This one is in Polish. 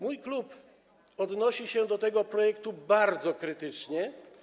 Mój klub odnosi się do tego projektu bardzo krytycznie.